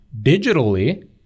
digitally